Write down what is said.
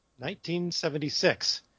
1976